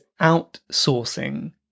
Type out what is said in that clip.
outsourcing